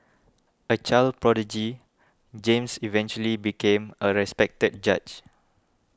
a child prodigy James eventually became a respected judge